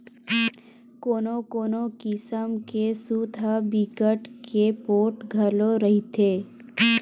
कोनो कोनो किसम के सूत ह बिकट के पोठ घलो रहिथे